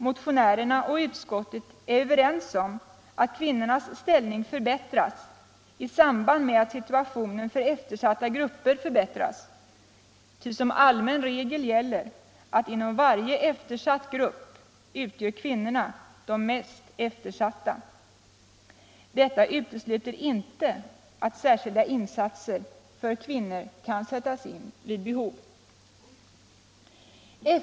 Motionärerna och utskottet är överens om att kvinnornas ställning förbättras i samband med att situationen för eftersatta grupper förbättras, ty som allmän regel gäller att inom varje eftersatt grupp utgör kvinnorna de mest eftersatta. Detta utesluter inte att särskilda insatser för kvinnor kan sättas in vid behov.